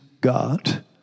God